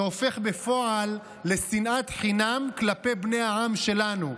שהופך בפועל לשנאת חינם כלפי בני העם שלנו,